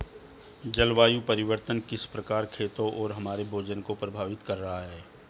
जलवायु परिवर्तन किस प्रकार खेतों और हमारे भोजन को प्रभावित कर रहा है?